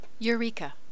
Eureka